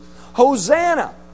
Hosanna